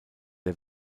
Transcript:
der